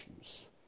issues